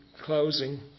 closing